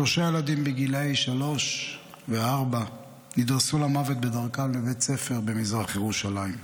שלושה ילדים בגיל שלוש וארבע נדרסו למוות בדרכם לבית ספר במזרח ירושלים.